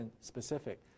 specific